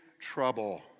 trouble